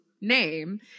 name